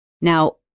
Now